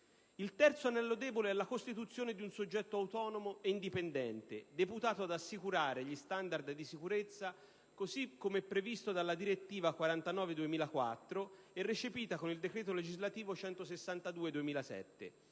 Il terzo anello debole è la costituzione di un soggetto autonomo e indipendente deputato ad assicurare gli standard di sicurezza, così come previsto dalla direttiva 2004/49/CE, recepita con il decreto legislativo n.